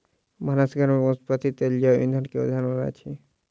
भानस घर में वनस्पति तेल जैव ईंधन के उदाहरण अछि